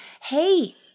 Hey